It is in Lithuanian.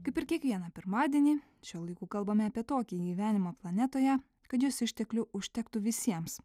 kaip ir kiekvieną pirmadienį šiuo laiku kalbame apie tokį gyvenimą planetoje kad jos išteklių užtektų visiems